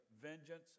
vengeance